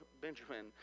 Benjamin